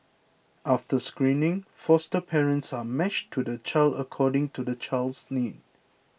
after screening foster parents are matched to the child according to the child's needs